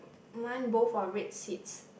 mine both are red seats